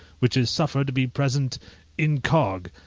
which is suffered to be present incog,